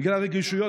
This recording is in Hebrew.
בגלל הרגישויות,